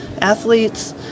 athletes